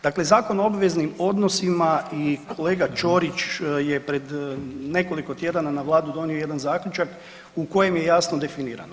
Dakle Zakon o obveznim odnosima i kolega Ćorić je pred nekoliko tjedana na Vladu donio jedan zaključak u kojem je jasno definirano.